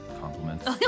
compliments